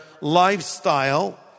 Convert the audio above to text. lifestyle